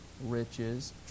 riches